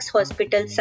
Hospital